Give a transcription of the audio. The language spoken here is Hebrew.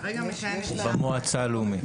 כרגע יש אישה אחת.